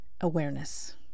awareness